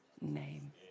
name